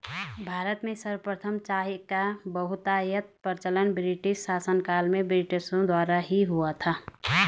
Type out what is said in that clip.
भारत में सर्वप्रथम चाय का बहुतायत प्रचलन ब्रिटिश शासनकाल में ब्रिटिशों द्वारा ही हुआ था